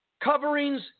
coverings